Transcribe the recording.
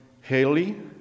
Haley